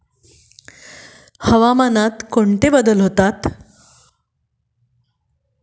हवामानात कोणते बदल होतात?